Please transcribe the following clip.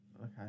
okay